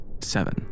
Seven